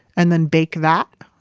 and then bake that.